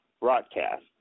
broadcast